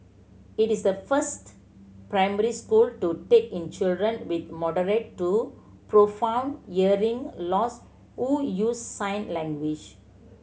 it is the first primary school to take in children with moderate to profound hearing loss who use sign language